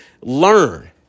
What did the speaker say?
learn